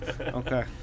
okay